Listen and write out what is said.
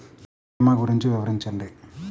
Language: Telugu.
భీమా గురించి వివరించండి?